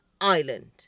island